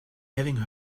having